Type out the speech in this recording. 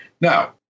Now